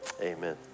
amen